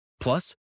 Plus